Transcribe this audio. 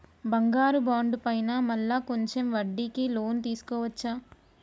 బంగారు బాండు పైన మళ్ళా కొంచెం వడ్డీకి లోన్ తీసుకోవచ్చా?